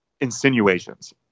insinuations